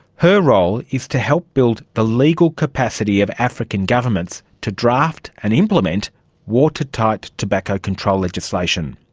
her role is to help build the legal capacity of african governments to draft and implement watertight tobacco control legislation.